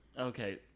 Okay